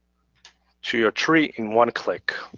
to your tree in one click.